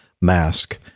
mask